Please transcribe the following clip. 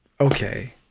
Okay